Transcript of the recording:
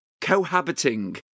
cohabiting